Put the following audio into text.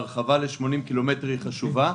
ההרחבה ל-80 קילומטר היא חשובה.